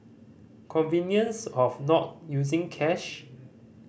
convenience of not using cash